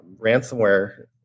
ransomware